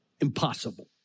impossible